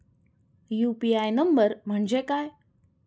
UPI number म्हणजे काय?